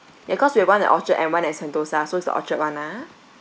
ya cause we have one at orchard and one at sentosa so is the orchard [one] ah